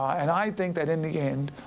and i think that in the end,